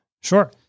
Sure